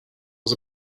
was